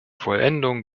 vollendung